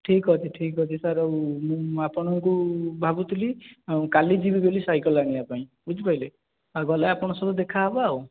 ଠିକ୍ଅଛି ଠିକ୍ଅଛି ସାର୍ ମୁଁ ଆପଣଙ୍କୁ ଭାବୁଥିଲି ଆଉ କାଲିଯିବି ବୋଲି ସାଇକେଲ ଆଣିବା ପାଇଁ ବୁଝିପାରିଲେ ଆ ଗଲେ ଆପଣଙ୍କ ସହ ଦେଖାହେବ ଆଉ